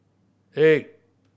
eight